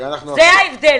זה ההבדל.